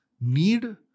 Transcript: need